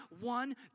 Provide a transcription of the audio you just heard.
one